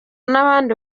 n’abandi